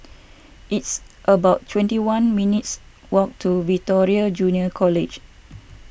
it's about twenty one minutes' walk to Victoria Junior College